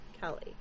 Kelly